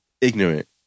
ignorant